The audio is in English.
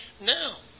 Now